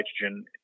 nitrogen